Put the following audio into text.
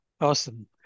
Awesome